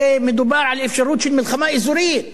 הרי מדובר על אפשרות של מלחמה אזורית